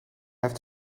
have